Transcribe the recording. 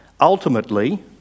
ultimately